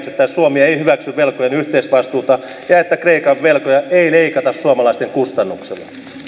että suomi ei hyväksy velkojen yhteisvastuuta ja ja että kreikan velkoja ei leikata suomalaisten kustannuksella